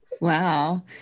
Wow